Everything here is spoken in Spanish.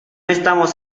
estamos